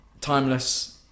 Timeless